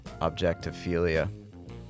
Objectophilia